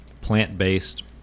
plant-based